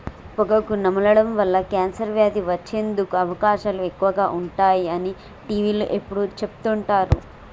పొగాకు నమలడం వల్ల కాన్సర్ వ్యాధి వచ్చేందుకు అవకాశాలు ఎక్కువగా ఉంటాయి అని టీవీలో ఎప్పుడు చెపుతుంటారు